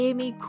Amy